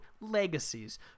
legacies